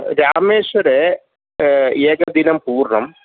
रामेश्वरे एकदिनं पूर्णम्